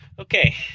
Okay